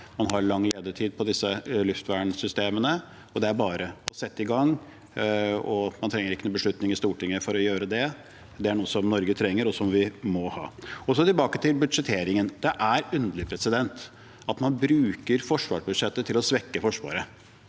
Man har lang ledetid på disse luftvernsystemene, det er bare å sette i gang. Man trenger ikke noen beslutning i Stortinget for å gjøre det, det er noe Norge trenger, og som vi må ha. Tilbake til budsjetteringen: Det er underlig at man bruker forsvarsbudsjettet til å svekke Forsvaret.